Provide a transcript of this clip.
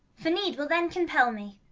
for need will then compel me.